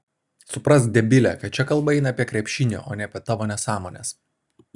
suprask debile kad čia kalba eina apie krepšinį o ne apie tavo nesąmones